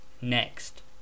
next